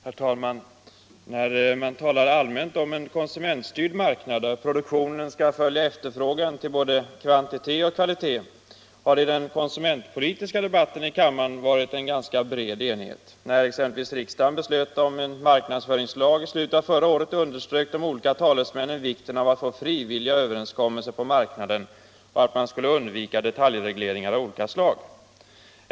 Herr talman! När man talar allmänt om en konsumentstyrd marknad, där produktionen skall följa efterfrågan till både kvantitet och kvalitet, har det i den konsumentpolitiska debatten i kammaren varit en ganska bred enighet. Då riksdagen t.ex. beslöt om en marknadsföringslag i slutet av förra året, underströk de olika talesmännen vikten av att få till stånd frivilliga överenskommelser på marknaden och att undvika detaljregleringar av olika slag.